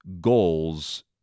goals